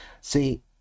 see